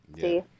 see